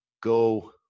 go